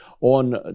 on